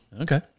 Okay